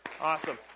Awesome